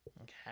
Okay